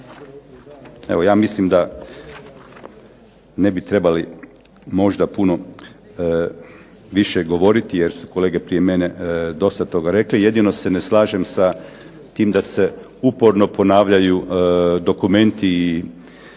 Evo ja mislim da ne bi trebali možda puno više govoriti jer su kolege prije mene dosta toga rekli. Jedino se ne slažem sa tim da se uporno ponavljaju dokumenti i